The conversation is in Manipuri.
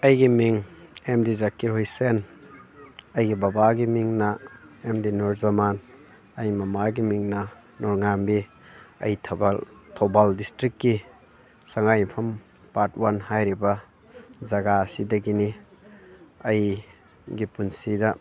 ꯑꯩꯒꯤ ꯃꯤꯡ ꯑꯦꯝ ꯗꯤ ꯖꯀꯤꯔ ꯍꯨꯏꯁꯦꯟ ꯑꯩꯒꯤ ꯕꯕꯥꯒꯤ ꯃꯤꯡꯅ ꯑꯦꯝ ꯗꯤ ꯅꯣꯔꯖꯃꯥꯟ ꯑꯩꯒꯤ ꯃꯃꯥꯒꯤ ꯃꯤꯡꯅ ꯅꯣꯡꯉꯥꯟꯕꯤ ꯑꯩ ꯊꯧꯕꯥꯜ ꯗꯤꯁꯇ꯭ꯔꯤꯛꯀꯤ ꯁꯉꯥꯏꯌꯨꯝꯐꯝ ꯄꯥꯠ ꯋꯥꯟ ꯍꯥꯏꯔꯤꯕ ꯖꯒꯥ ꯑꯁꯤꯗꯒꯤꯅꯤ ꯑꯩꯒꯤ ꯄꯨꯟꯁꯤꯗ